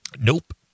Nope